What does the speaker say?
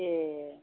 ए